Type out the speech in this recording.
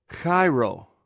Chairo